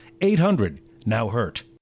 800-NOW-HURT